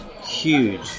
huge